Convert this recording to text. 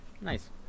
Nice